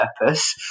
purpose